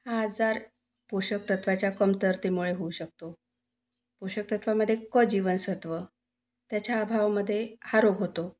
हा आजार पोषक तत्त्वाच्या कमतरतेमुळे होऊ शकतो पोषक तत्त्वामध्ये क जीवनसत्व त्याच्या अभावामध्ये हा रोग होतो